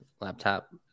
laptop